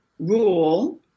rule